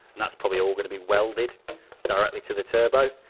that's probably all going to be welded directly to the turbo.